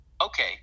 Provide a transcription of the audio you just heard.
Okay